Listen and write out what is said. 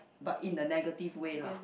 but in a negative way lah